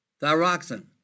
thyroxin